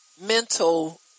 mental